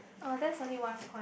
oh that's only one point